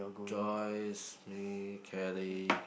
Joyce me Kelly